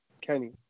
Kenny